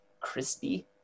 crispy